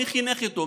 מי חינך אותו?